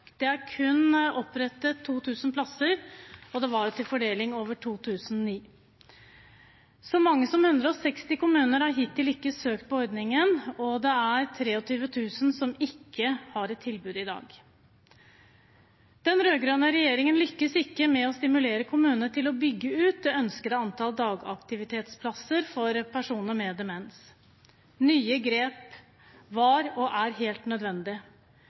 Det er kun opprettet 2 000 plasser, og det var til fordeling til over 2 900. Så mange som 160 kommuner har hittil ikke søkt på ordningen, og det er 23 000 som ikke har et tilbud i dag. Den rød-grønne regjeringen lyktes ikke med å stimulere kommunene til å bygge ut det ønskede antall dagaktivitetsplasser for personer med demens. Nye grep var og er helt nødvendig.